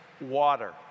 water